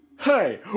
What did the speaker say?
Hey